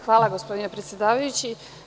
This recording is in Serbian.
Hvala, gospodine predsedavajući.